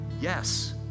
Yes